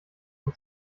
von